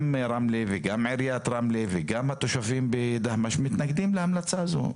גם רמלה וגם עיריית רמלה וגם התושבים בדהמש מתנגדים להמלצה הזו.